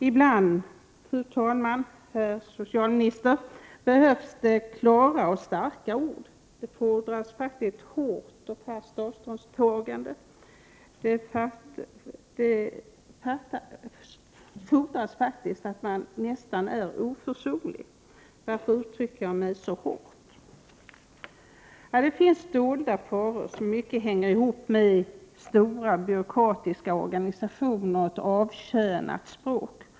Ibland, herr socialminister, behövs det klara och starka ord. Det fordras faktiskt ett hårt och fast avståndstagande. Det fordras att man nästan är oförsonlig, om jag får uttrycka mig så hårt. Det finns dolda faror som mycket hänger ihop med stora byråkratiska organisationer och ett avkönat språk.